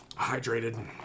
Hydrated